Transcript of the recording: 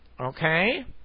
Okay